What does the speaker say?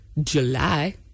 july